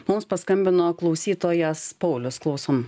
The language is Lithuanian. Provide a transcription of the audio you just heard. mums paskambino klausytojas paulius klausom